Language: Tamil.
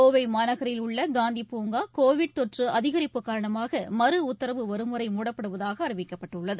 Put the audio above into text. கோவை மாநகரில் உள்ள காந்தி பூங்கா கோவிட் தொற்று அதிகரிப்பு காரணமாக மறுஉத்தரவு வரும் வரை மூடப்படுவதாக அறிவிக்கப்பட்டுள்ளது